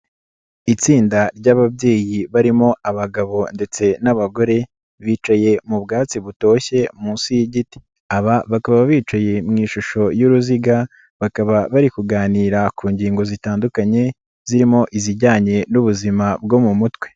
Itsinda ry'ababyeyi barimo abagabo ndetse n'abagore, bicaye mu bwatsi butoshye munsi y'igiti. Aba bakaba bicaye mu ishusho y'uruziga, bakaba bari kuganira ku ngingo zitandukanye, zirimo izijyanye n'ubuzima bwo mu mutwe.